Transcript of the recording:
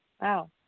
Wow